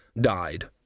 died